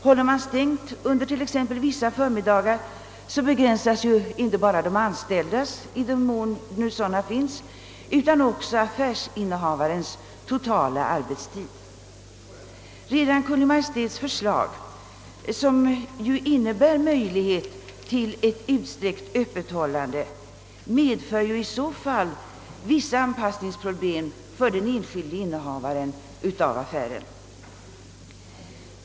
Håller man stängt t.ex. vissa förmiddagar begränsas inte bara de anställdas utan också affärsinnehavarnas totala arbetstid. Redan Kungl. Maj:ts förslag, som ju ger möjlighet till utsträckt öppethållande, medför i så fall vissa anpassningsproblem för de enskilda affärsinnehavarna.